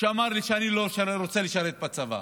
שאמר לי: אני לא רוצה לשרת בצבא,